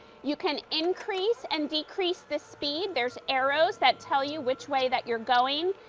you can increase and decrease the speed. there's arrows that tell you which way that you're going.